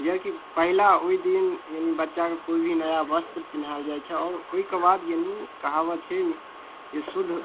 जेनाकि पहिला ओहि दिन बच्चाके कोई भी नया वस्त्र पहिरायल जाइ छै आओर ओहिके बाद यानि कहावत छै जे शुद्ध